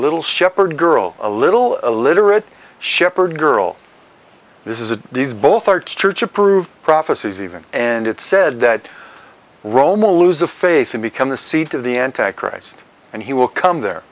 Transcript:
little shepherd girl a little illiterate shepherd girl this is a these both are church approved prophecies even and it's said that roma lose the faith and become the seat of the anti christ and he will come there